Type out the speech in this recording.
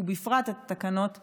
ובפרט התקנות האמורות.